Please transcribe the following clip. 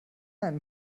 einem